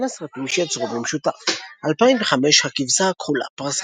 בין הסרטים שיצרו במשותף 2005 - הכבשה הכחולה - פרס